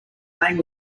playing